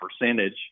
percentage